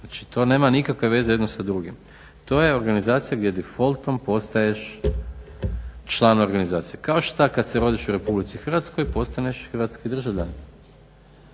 Znači, to nema nikakve veze jedno sa drugim. To je organizacija gdje defaultom postaješ član organizacije. Kao što kad se rodiš u RH postaneš hrvatski državljanin.